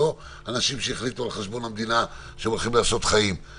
לא אנשים שהחליטו שהם הולכים לעשות חיים על חשבון המדינה,